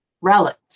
relic